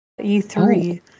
E3